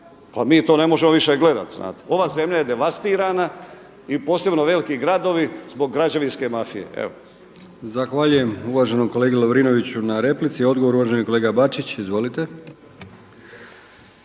Pa mi to više ne možemo gledati znate. Ova zemlja je devastirana i posebno veliki gradovi zbog građevinske mafije.